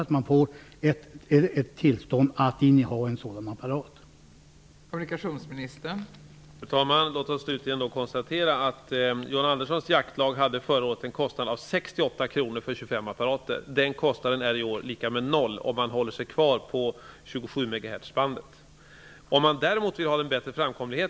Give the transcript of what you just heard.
Att man får ett tillstånd för innehav av en sådan apparat är bara en formell sak.